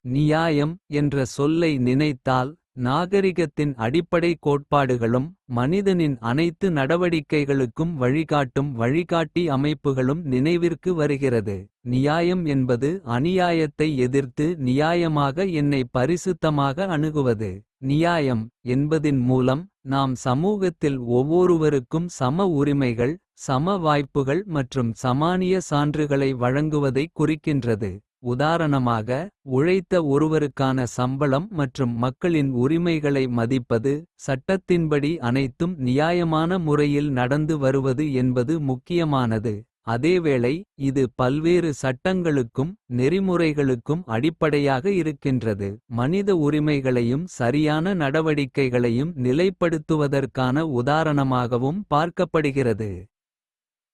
நியாயம் என்ற சொல்லை நினைத்தால் நாகரிகத்தின் அடிப்படை. கோட்பாடுகளும் மனிதனின் அனைத்து நடவடிக்கைகளுக்கும். வழிகாட்டும் வழிகாட்டி அமைப்புகளும் நினைவிற்கு வருகிறது. நியாயம் என்பது அநியாயத்தை எதிர்த்து நியாயமாக என்னைப். பரிசுத்தமாக அணுகுவது நியாயம் என்பதின் மூலம். நாம் சமூகத்தில் ஒவ்வொருவருக்கும் சம உரிமைகள். சம வாய்ப்புகள் மற்றும் சமானிய சான்றுகளை. வழங்குவதைக் குறிக்கின்றது உதாரணமாக. உழைத்த ஒருவருக்கான சம்பளம் மற்றும் மக்களின் உ. ரிமைகளை மதிப்பது சட்டத்தின்படி அனைத்தும் நியாயமான. முறையில் நடந்து வருவது என்பது முக்கியமானது. அதேவேளை இது பல்வேறு சட்டங்களுக்கும். நெறிமுறைகளுக்கும் அடிப்படையாக இருக்கின்றது. மனித உரிமைகளையும் சரியான நடவடிக்கைகளையும். நிலைப்படுத்துவதற்கான உதாரணமாகவும் பார்க்கப்படுகிறது.